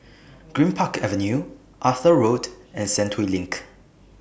Greenpark Avenue Arthur Road and Sentul LINK